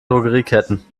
drogerieketten